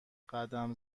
قدم